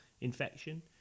infection